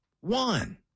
One